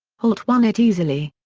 holt won it easily.